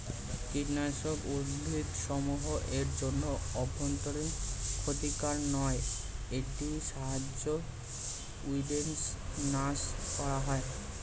কীটনাশক উদ্ভিদসমূহ এর জন্য অভ্যন্তরীন ক্ষতিকারক নয় এটির সাহায্যে উইড্স নাস করা হয়